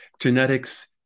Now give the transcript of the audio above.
genetics